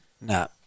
No